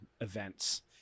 events